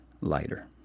lighter